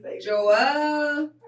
Joel